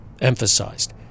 emphasized